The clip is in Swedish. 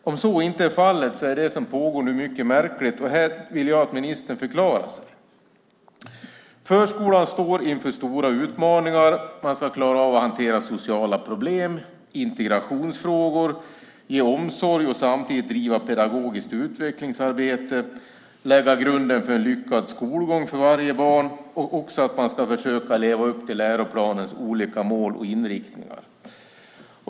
Om så inte är fallet är det som pågår nu mycket märkligt, och jag vill att ministern förklarar sig. Förskolan står inför stora utmaningar. Man ska klara av att hantera sociala problem, integrationsfrågor, ge omsorg och samtidigt driva pedagogiskt utvecklingsarbete, lägga grunden för en lyckad skolgång för varje barn och också försöka leva upp till läroplanens olika mål och inriktningar.